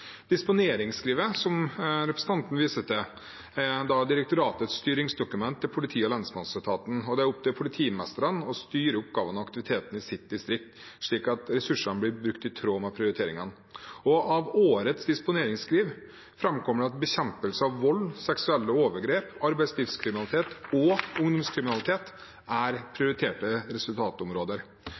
Disponeringsskrivet, som representanten viser til, er direktoratets styringsdokument til politi- og lensmannsetaten, og det er opp til politimestrene å styre oppgavene og aktivitetene i sitt distrikt slik at ressursene blir brukt i tråd med prioriteringene. Av årets disponeringsskriv framkommer det at bekjempelse av vold, seksuelle overgrep, arbeidslivskriminalitet og ungdomskriminalitet er prioriterte resultatområder,